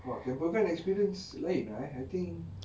!wah! camper van experience lain eh I think